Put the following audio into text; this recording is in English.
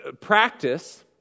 practice